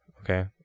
Okay